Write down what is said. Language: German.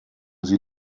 sie